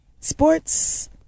sports